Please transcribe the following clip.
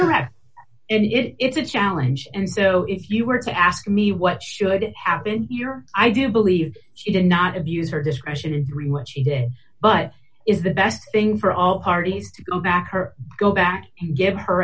correct it's a challenge and so if you were to ask me what should happen here i do believe she did not abuse her discretion in what she did but is the best thing for all parties to go back her go back and give her